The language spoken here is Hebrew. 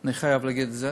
אני חייב להגיד את זה,